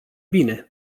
bine